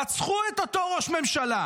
רצחו את אותו ראש ממשלה.